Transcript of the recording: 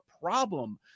problem